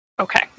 Okay